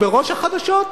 בראש החדשות,